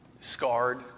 scarred